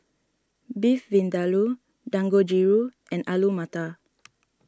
Beef Vindaloo Dangojiru and Alu Matar